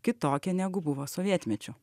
kitokia negu buvo sovietmečiu